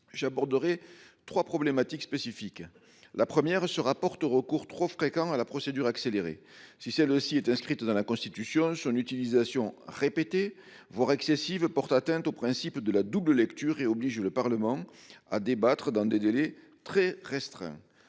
J'aborderai trois problématiques spécifiques, la première se rapporte recours trop fréquent à la procédure accélérée. Si si elle aussi était inscrite dans la Constitution. Son utilisation répétée voor excessive porte atteinte au principe de la double lecture et oblige le Parlement à débattre dans des délais très restreint.